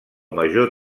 major